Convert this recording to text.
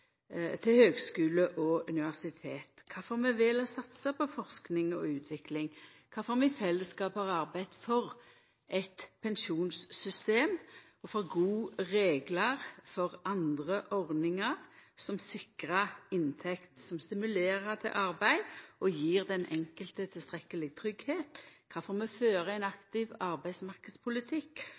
høgskule og universitet, kvifor vi vel å satsa på forsking og utvikling, kvifor vi i fellesskap har arbeidd for eit pensjonssystem og for gode reglar for andre ordningar som sikrar inntekt, som stimulerer til arbeid og gjev den enkelte tilstrekkeleg tryggleik, kvifor vi fører ein aktiv